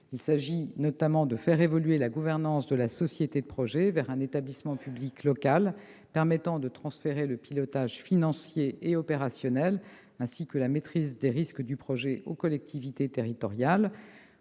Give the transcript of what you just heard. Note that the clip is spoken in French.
Il s'agit notamment de faire évoluer la gouvernance de la société de projet vers un établissement public local permettant de transférer le pilotage financier et opérationnel, ainsi que la maîtrise des risques du projet aux collectivités territoriales.